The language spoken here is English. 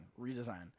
redesign